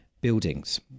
buildings